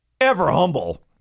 ever-humble